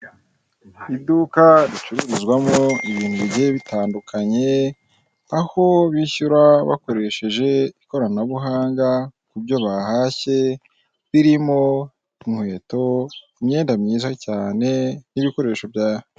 Iduka ricururizwamo ibintu bigiye bitandukanye, aho bishyura bakoresheje ikoranabuhanga ku byo bahashye, birimo inkweto, imyenda myiza cyane n'ibikoresho erekitironike.